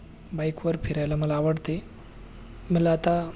बाईकवर फिरायला मला आवडते मला आता